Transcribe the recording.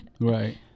Right